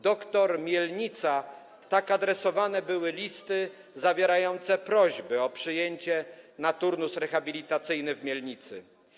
Doktor Mielnica” - tak adresowane były listy zawierające prośby o przyjęcie na turnus rehabilitacyjny w Mielnicy.